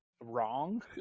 wrong